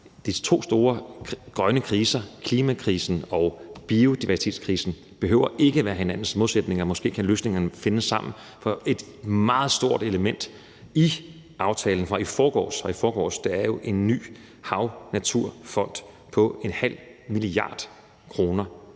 de to store grønne kriser, klimakrisen og biodiversitetskrisen, ikke behøver at være hinandens modsætninger; måske kan løsningerne findes sammen. For et meget stort element i aftalen fra i forgårs, er jo, at der er en ny havnaturfond på en halv milliard kroner